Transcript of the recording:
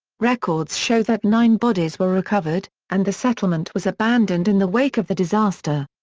records show that nine bodies were recovered, and the settlement was abandoned in the wake of the disaster.